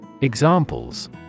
Examples